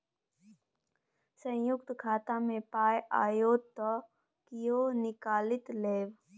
संयुक्त खाता मे पाय आओत त कियो निकालि लेब